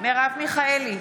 מרב מיכאלי,